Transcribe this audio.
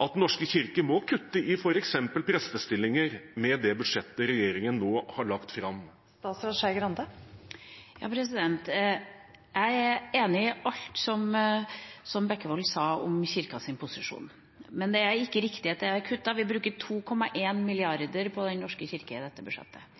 at Den norske kirke må kutte i f.eks. prestestillinger, med det budsjettet regjeringen nå har lagt fram? Jeg er enig i alt som Bekkevold sa om Kirkens posisjon, men det er ikke riktig at det er kuttet. Vi bruker 2,1 mrd. kr på Den norske kirke i dette budsjettet.